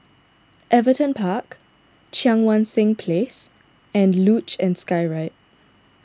Everton Park Cheang Wan Seng Place and Luge and Skyride